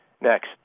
Next